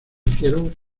hicieron